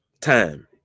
time